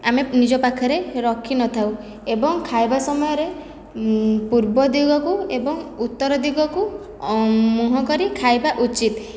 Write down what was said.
ଆମେ ନିଜ ପାଖରେ ରଖିନଥାଉ ଏବଂ ଖାଇବା ସମୟରେ ପୂର୍ବ ଦିଗକୁ ଏବଂ ଉତ୍ତର ଦିଗକୁ ମୁଁହ କରି ଖାଇବା ଉଚିତ